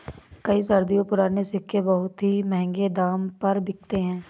कई सदियों पुराने सिक्के बहुत ही महंगे दाम पर बिकते है